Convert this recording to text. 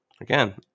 Again